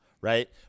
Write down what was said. right